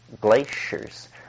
glaciers